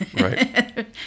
Right